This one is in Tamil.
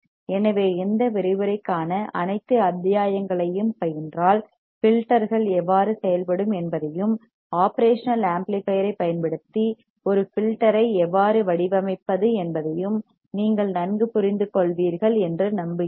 எனவே இந்த விரிவுரைக்கான அனைத்து அத்தியாயங்களையும் பயின்றால் ஃபில்டர்கள் எவ்வாறு செயல்படும் என்பதையும் ஒப்ரேஷனல் ஆம்ப்ளிபையர் ஐப் பயன்படுத்தி ஒரு ஃபில்டர் ஐ எவ்வாறு வடிவமைப்பது என்பதையும் நீங்கள் நன்கு புரிந்துகொள்வீர்கள் என்று நம்புகிறேன்